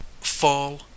Fall